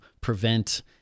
prevent